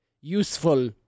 useful